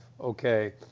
okay